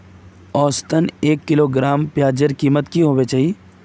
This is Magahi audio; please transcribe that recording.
औसतन एक किलोग्राम प्याजेर कीमत की होबे चही?